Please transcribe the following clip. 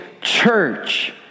church